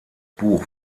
buch